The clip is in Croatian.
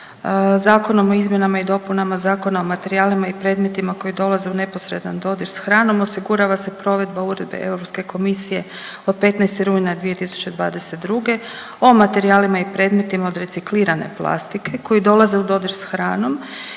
Zakonom o izmjenama i dopunama Zakona o materijalima i predmetima koji dolaze u neposredan dodir sa hranom osigurava se provedba Uredbe Europske komisije od 15. rujna 2022. o materijalima i predmetima od reciklirane plastike koji dolaze u dodir sa hranom